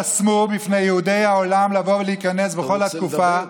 חסמו בפני יהודי העולם לבוא ולהיכנס בכל התקופה,